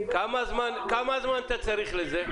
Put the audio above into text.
כמה זמן אתה צריך לזה?